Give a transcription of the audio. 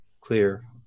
clear